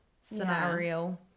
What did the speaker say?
scenario